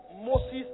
Moses